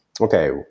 okay